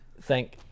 Thank